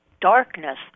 darkness